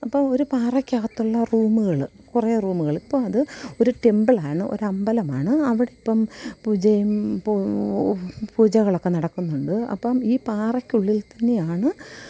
അപ്പം ഒരു പാറയ്ക്കകത്തുള്ള റൂമുകൾ കുറേ റൂമുകൾ ഇപ്പം അത് ഒരു ടെമ്പിളാണ് ഒരമ്പലമാണ് അവിടിപ്പം പൂജയും പൂജകളൊക്കെ നടക്കുന്നുണ്ട് അപ്പം ഈ പാറയ്ക്കുള്ളില് തന്നെയാണ്